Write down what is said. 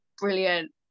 brilliant